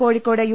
Kozhikode U